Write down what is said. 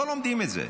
לא לומדים את זה.